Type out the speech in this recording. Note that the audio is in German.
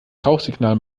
rauchsignal